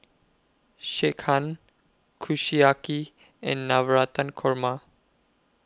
Sekihan Kushiyaki and Navratan Korma